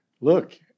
Look